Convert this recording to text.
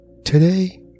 Today